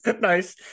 Nice